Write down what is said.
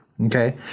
Okay